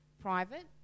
private